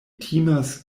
timas